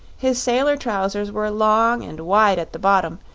his sailor trousers were long and wide at the bottom,